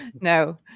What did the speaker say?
No